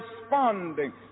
responding